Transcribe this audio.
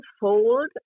fold